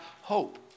hope